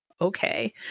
okay